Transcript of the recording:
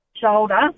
shoulder